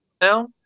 now